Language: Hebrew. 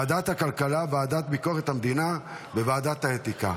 ועדת הכלכלה, ועדת ביקורת המדינה וועדת האתיקה.